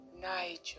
Nigel